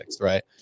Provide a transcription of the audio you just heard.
right